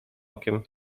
okiem